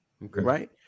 right